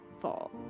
fall